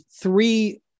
three